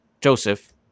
Joseph